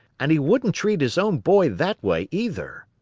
and he wouldn't treat his own boy that way, either.